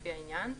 לפי העניין,